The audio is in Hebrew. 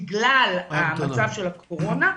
בגלל המצב של הקורונה,